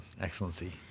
Excellency